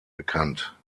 bekannt